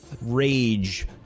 rage